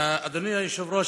אדוני היושב-ראש,